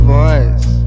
voice